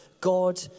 God